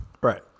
Right